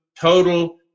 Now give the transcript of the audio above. total